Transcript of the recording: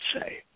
say